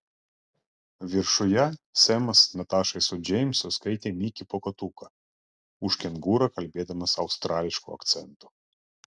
viršuje semas natašai su džeimsu skaitė mikę pūkuotuką už kengūrą kalbėdamas australišku akcentu